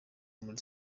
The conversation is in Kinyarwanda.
muri